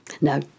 No